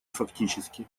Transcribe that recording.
фактически